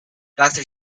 doctor